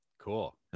Cool